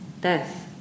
death